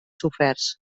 soferts